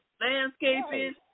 landscaping